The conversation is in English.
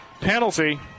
penalty